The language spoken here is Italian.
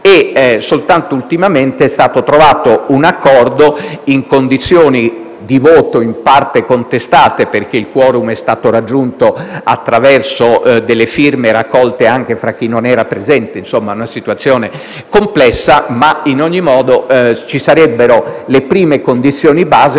e soltanto ultimamente è stato trovato un accordo, in condizioni di voto in parte contestate, perché il *quorum* è stato raggiunto attraverso firme raccolte anche fra chi non era presente (insomma una situazione complessa). In ogni modo, ci sarebbero le prime condizioni base,